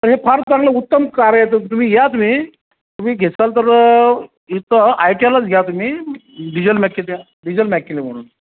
हे फार चांगलं उत्तम कार्य आहे तुम्ही या तुम्ही तुम्ही घेताल तर इथं आयटीआयलाच घ्या तुम्ही डिजल मॅकॅनिक डिजल मॅकॅनिक म्हणून